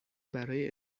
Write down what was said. برای